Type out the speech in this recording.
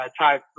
type